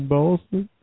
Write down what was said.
Boston